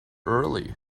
early